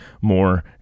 more